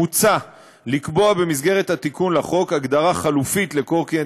מוצע לקבוע במסגרת התיקון לחוק הגדרה חלופית לקורקינט